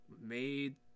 made